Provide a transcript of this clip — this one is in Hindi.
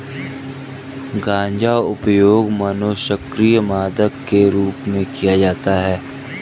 गांजा उपयोग मनोसक्रिय मादक के रूप में किया जाता है